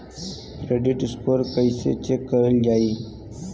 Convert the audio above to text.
Credit score कइसे check करल जायी?